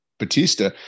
Batista